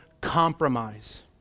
compromise